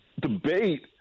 debate